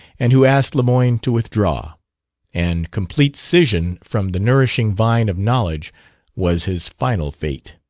and who asked lemoyne to withdraw and complete scission from the nourishing vine of knowledge was his final fate.